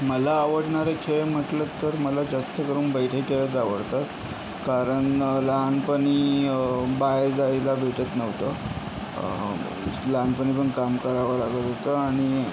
मला आवडणारे खेळ म्हटलं तर मला जास्त करून बैठे खेळच आवडतात कारण लहानपणी बाहेर जायला भेटत नव्हतं लहानपणी पण काम करावं लागत होतं आणि